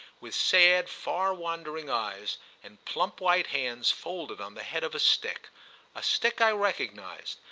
with sad far-wandering eyes and plump white hands folded on the head of a stick a stick i recognised,